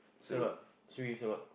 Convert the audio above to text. so what so you say what